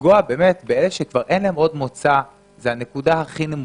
לפגוע באלה שאין להם עוד מוצא זו הנקודה הכי נמוכה.